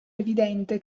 evidente